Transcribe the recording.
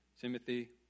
Timothy